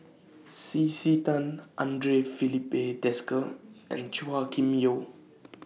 C C Tan Andre Filipe Desker and Chua Kim Yeow